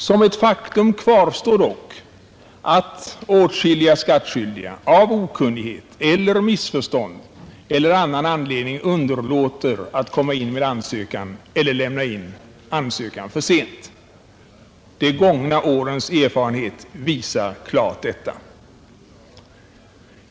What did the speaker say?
Som ett faktum kvarstår dock att åtskilliga skattskyldiga av okunnighet, missförstånd eller annan anledning underlåter att komma in med ansökan eller lämnar in den för sent — de gångna årens erfarenhet visar detta klart.